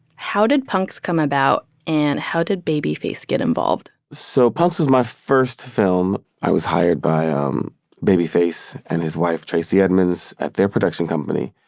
how did punks come about? and how did babyface get involved? so punks was my first film. i was hired by ah um babyface and his wife tracey edmonds at their production company,